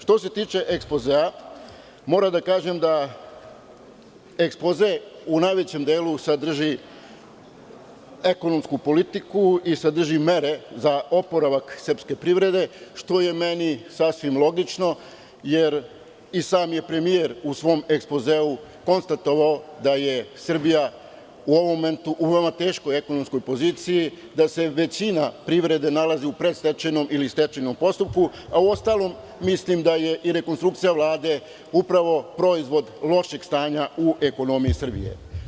Što se tiče ekspozea moram da kažem da ekspoze u najvećem delu sadrži ekonomsku politiku i da sadrži mere za oporavak srpske privrede što je meni sasvim logično jer i sam premijer je u svom ekspozeu konstatovao da je Srbija u ovom momentu u veoma teškoj ekonomskoj poziciji, da se većina privrede nalazi u predstečajnom ili stečajnom postupku, uostalom mislim da je i rekonstrukcija Vlade upravo proizvod lošeg stanja u ekonomiji Srbije.